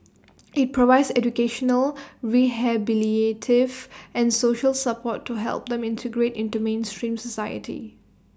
IT provides educational rehabilitative and social support to help them integrate into mainstream society